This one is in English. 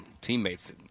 Teammates